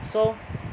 so